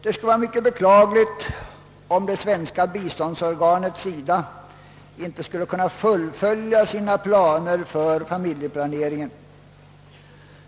Det skulle vara mycket beklagligt om det svenska biståndsorganet SIDA inte skulle kunna fullfölja sina planer för familjeplanering.